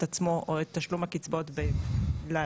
עצמו או את תשלום הקצבאות בהתאם להודעות,